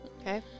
Okay